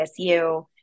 ASU